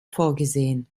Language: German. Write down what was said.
vorgesehen